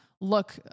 look